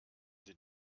sie